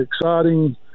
exciting